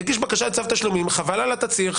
אני אגיש בקשה לצו תשלומים, חבל על התצהיר.